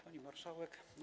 Pani Marszałek!